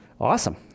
Awesome